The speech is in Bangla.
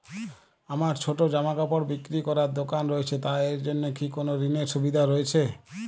আমার ছোটো জামাকাপড় বিক্রি করার দোকান রয়েছে তা এর জন্য কি কোনো ঋণের সুবিধে রয়েছে?